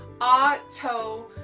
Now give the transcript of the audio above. auto